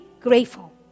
grateful